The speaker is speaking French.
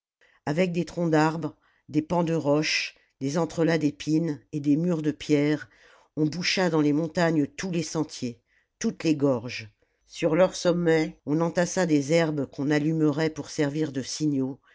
avec des troncs d'arbres des pans déroches des entrelacs d'épines et des murs de pierres on boucha dans les montagnes tous les sentiers toutes les gorges sur leurs sommets on entassa des herbes qu'on allumerait pour servir de signaux